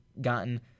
gotten